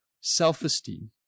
self-esteem